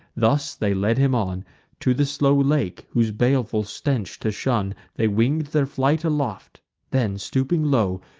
thus they led him on to the slow lake, whose baleful stench to shun they wing'd their flight aloft then, stooping low,